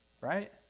Right